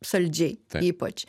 saldžiai ypač